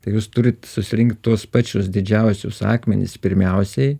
tai jūs turit susirinkt tuos pačius didžiausius akmenis pirmiausiai